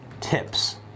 tips